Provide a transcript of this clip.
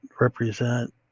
represent